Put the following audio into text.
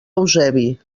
eusebi